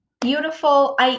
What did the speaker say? beautiful